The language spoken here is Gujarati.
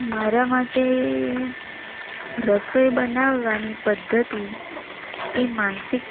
મારા માટે રસોઈ બનાવવાની પદ્ધતિ એ માનસિક